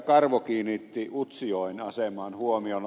karvo kiinnitti utsjoen asemaan huomion